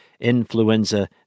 Influenza